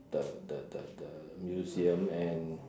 the the the the museum and